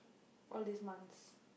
all these months